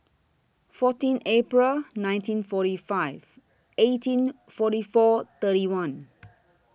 fourteen April nineteen forty five eighteen forty four thirty one